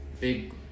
big